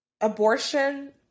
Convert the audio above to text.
abortion